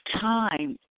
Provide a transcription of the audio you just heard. time